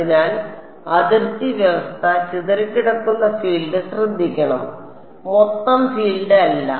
അതിനാൽ അതിർത്തി വ്യവസ്ഥ ചിതറിക്കിടക്കുന്ന ഫീൽഡ് ശ്രദ്ധിക്കണം മൊത്തം ഫീൽഡ് അല്ല